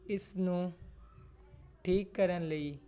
ਇਸ ਨੂੰ ਠੀਕ ਕਰਨ ਲਈ